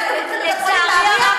לצערי הרב,